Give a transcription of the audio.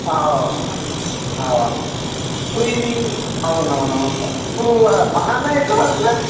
అవ్ అవ్ అవ్ ఇప్పుడు ఇది అవునవును కాకా ఇప్పుడు బనానా ఎట్లా పడుతుందే